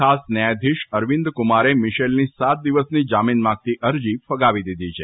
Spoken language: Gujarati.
ખાસ ન્યાયાધિશ અરવિંદકુમારે મીશેલની સાત દિવસની જામીન માંગતી અરજી ફગાવી દીધી છે